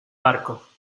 barco